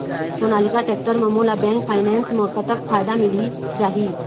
Sonalika tractor म मोला bank finance म कतक फायदा मिल जाही?